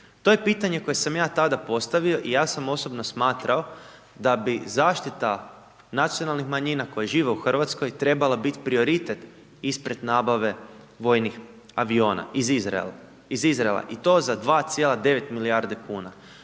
To je pitanje koje sam ja tada postavio i ja sam osobno smatrao da bi zaštita nacionalnih manjina koje žive u Hrvatskoj trebala bit prioritet ispred nabave vojnih aviona iz Izraela, iz Izraela i to za 2,9 milijarde kuna.